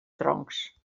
troncs